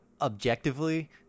objectively